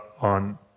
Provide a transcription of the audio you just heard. on